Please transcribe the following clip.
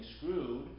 screwed